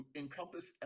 encompass